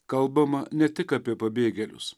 kalbama ne tik apie pabėgėlius